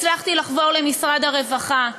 הצלחתי לחבור למשרד הרווחה,